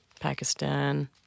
Pakistan